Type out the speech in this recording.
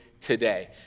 today